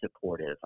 supportive